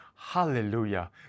Hallelujah